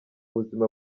buzima